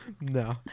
No